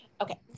Okay